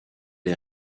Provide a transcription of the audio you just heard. est